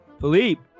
Philippe